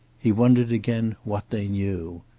he wondered again what they knew.